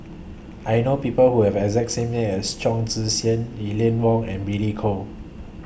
I know People Who Have exact same name as Chong Tze Chien Eleanor Wong and Billy Koh